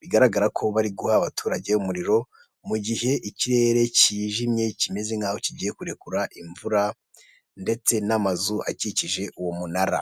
bigaragara ko bari guha abaturage umuriro mu gihe ikirere cyijimye kimeze nk aho kigiye kurekura imvura ndetse n'amazu akikije uwo munara.